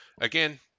Again